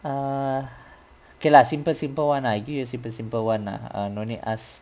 err K lah simple simple one lah I give you a simple simple one lah err no need ask